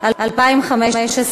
ביולי 2015,